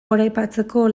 goraipatzeko